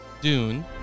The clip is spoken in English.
Dune